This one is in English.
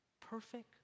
perfect